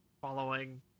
following